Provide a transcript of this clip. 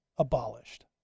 abolished